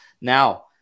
Now